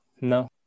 No